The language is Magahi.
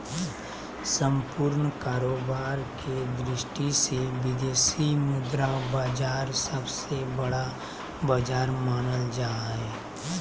सम्पूर्ण कारोबार के दृष्टि से विदेशी मुद्रा बाजार सबसे बड़ा बाजार मानल जा हय